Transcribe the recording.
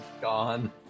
gone